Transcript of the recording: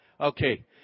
Okay